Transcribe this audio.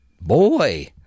Boy